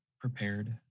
prepared